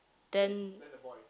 then